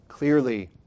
Clearly